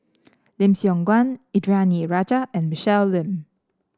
Lim Siong Guan Indranee Rajah and Michelle Lim